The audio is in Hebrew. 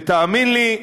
ותאמין לי,